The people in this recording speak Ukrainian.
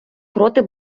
проти